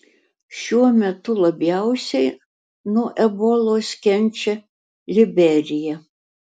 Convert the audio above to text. šiuo metu labiausiai nuo ebolos kenčia liberija